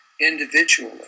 individually